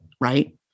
right